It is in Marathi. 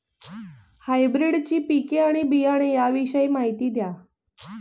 हायब्रिडची पिके आणि बियाणे याविषयी माहिती द्या